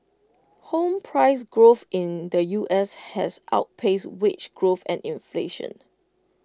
home price growth in the U S has outpaced wage growth and inflation